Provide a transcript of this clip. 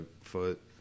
foot